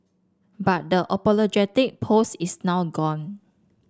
but the apologetic post is now gone